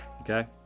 Okay